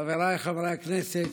חבריי חברי הכנסת,